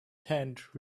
tent